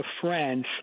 France